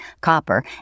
copper